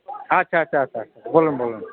আচ্ছা আচ্ছা আচ্ছা আচ্ছা বলুন বলুন